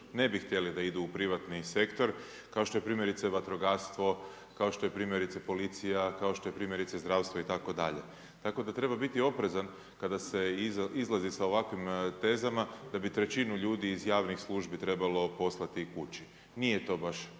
ne bi htjeli da idu u privatni sektor kao što je primjerice vatrogastvo, kao što je primjerice policija, kao što je primjerice zdravstvo i tako dalje. Tako da treba biti oprezan kada se izlazi sa ovakvim tezama da bi trećinu ljudi iz javni službi trebalo poslati kući. Nije to baš